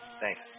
Thanks